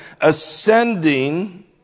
ascending